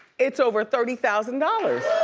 it's over thirty thousand dollars.